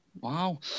Wow